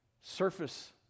Surface